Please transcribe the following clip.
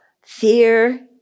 Fear